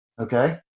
okay